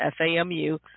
FAMU